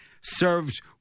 served